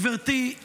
גברתי,